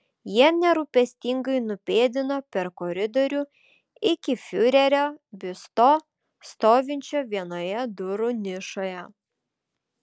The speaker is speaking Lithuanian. jie nerūpestingai nupėdino per koridorių iki fiurerio biusto stovinčio vienoje durų nišoje